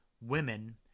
women